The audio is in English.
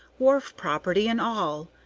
wharf-property and all,